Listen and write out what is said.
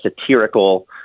satirical